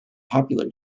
popular